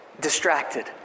distracted